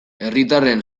herritarren